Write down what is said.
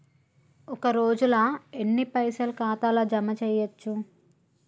ఒక రోజుల ఎన్ని పైసల్ ఖాతా ల జమ చేయచ్చు?